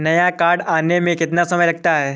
नया कार्ड आने में कितना समय लगता है?